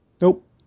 Nope